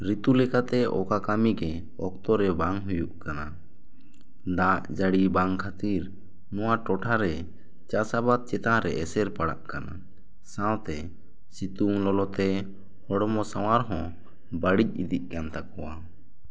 ᱨᱤᱛᱩ ᱞᱮᱠᱟᱛᱮ ᱚᱠᱟ ᱠᱟᱹᱢᱤ ᱜᱮ ᱚᱠᱛᱚ ᱨᱮ ᱵᱟᱝ ᱦᱩᱭᱩᱜ ᱠᱟᱱᱟ ᱫᱟᱜ ᱡᱟᱹᱲᱤ ᱵᱟᱝ ᱠᱷᱟᱹᱛᱤᱨ ᱱᱚᱣᱟ ᱴᱚᱴᱷᱟ ᱨᱮ ᱪᱟᱥ ᱟᱵᱟᱫᱽ ᱪᱮᱛᱟᱱ ᱨᱮ ᱮᱥᱮᱨ ᱯᱟᱲᱟᱜ ᱠᱟᱱᱟ ᱥᱟᱶᱛᱮ ᱥᱤᱛᱩᱝ ᱞᱚᱞᱚ ᱛᱮ ᱦᱚᱲᱢᱚ ᱥᱟᱶᱟᱨ ᱦᱚᱸ ᱵᱟᱹᱲᱤᱡ ᱤᱫᱤᱜ ᱠᱟᱱ ᱛᱟᱠᱚᱣᱟ